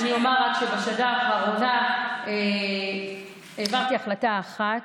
אני אומר רק שבשנה האחרונה העברתי החלטה אחת,